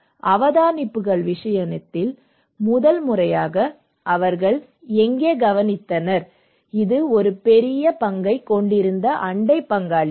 அவதானிப்புகள் விஷயத்தில் முதல் முறையாக அவர்கள் எங்கே கவனித்தனர் இது ஒரு பெரிய பங்கைக் கொண்டிருந்த அண்டை பங்காளிகள்